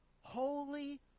Holy